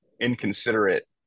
inconsiderate